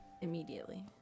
Immediately